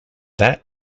that